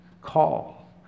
Call